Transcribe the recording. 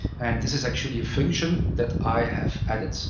and this is actually a function that i have added.